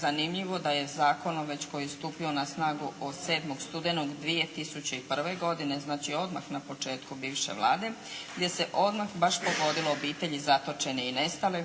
zanimljivo, da je Zakon koji je već stupio na snagu od 7. studenog 2001. godine znači odmah na početku bivše Vlade, gdje se odmah baš … obitelji zatočene i nestale